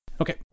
Okay